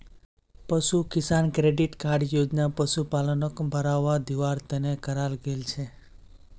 पशु किसान credit card योजना पशुपालनक बढ़ावा दिवार तने कराल गेल छे